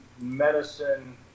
medicine